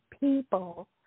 people